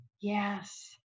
Yes